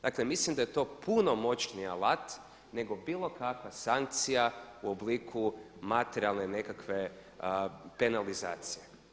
Dakle, mislim da je to puno moćniji alat nego bila kakva sankcija u obliku materijalne nekakve penalizacije.